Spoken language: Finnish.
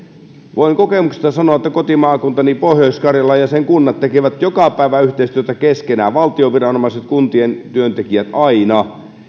voin kokemuksesta sanoa että kotimaakuntani pohjois karjala ja sen kunnat tekevät joka päivä yhteistyötä keskenään valtion viranomaiset kuntien työntekijät aina